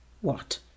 What